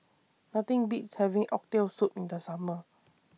Nothing Beats having Oxtail Soup in The Summer